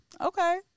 okay